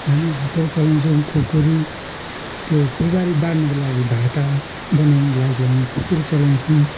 हामी हतियार चलाउँछौ खुकुरी त्यो फुलबारी बार्नुको लागि भाटा बनाउनुको लागि हामी खुकुरी चलाउँछौँ